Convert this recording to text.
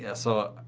yeah so